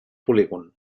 polígon